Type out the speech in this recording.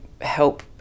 help